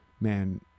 man